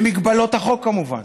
במגבלות החוק, כמובן.